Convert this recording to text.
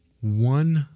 one